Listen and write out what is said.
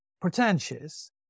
pretentious